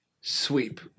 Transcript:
sweep